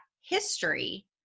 history